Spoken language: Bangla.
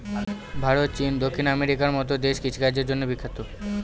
ভারত, চীন, দক্ষিণ আমেরিকার মতো দেশ কৃষিকাজের জন্য বিখ্যাত